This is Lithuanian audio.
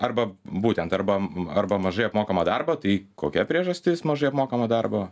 arba būtent arba arba mažai apmokamą darbą tai kokia priežastis mažai apmokamo darbo